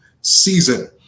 season